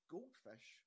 Goldfish